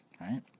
Right